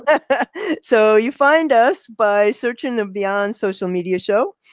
and so you find us by searching the beyond social media show.